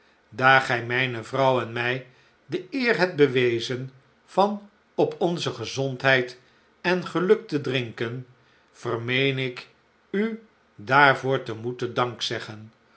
daar gij mijne vrouw en mil de eer hebt bewezen van op onze gezondheid en geluk te drinken vermeen ik u daarvoor te moeten